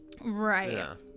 Right